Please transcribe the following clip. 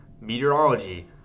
meteorology